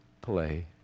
play